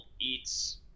eats